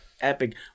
epic